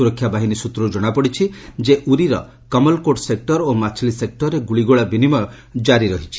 ସୁରକ୍ଷା ବାହିନୀ ସ୍ଚତ୍ରରୁ ଜଣାପଡ଼ିଛି ଯେ ଉରିର କମଲକୋର୍ଟ ସେକୁର ଓ ମାଛିଲି ସେକୁରରେ ଗୁଳିଗୋଳା ବିନିମୟ ଜାରି ରହିଛି